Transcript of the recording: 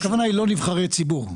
הכוונה היא לא נבחרי ציבור.